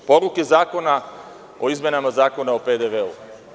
Poruke zakona o izmenama Zakona o PDV-u.